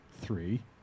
Three